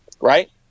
right